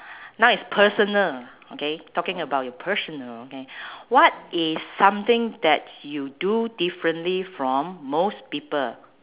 now is personal okay talking about your personal okay what is something that you do differently from most people